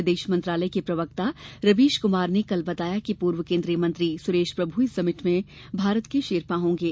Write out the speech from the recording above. विदेश मंत्रालय के प्रवक्ता रवीश कुमार ने कल बताया कि पूर्व केंद्रीय मंत्री सुरेश प्रभू इस समिट में भारत के शेरपा होंगे